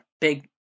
big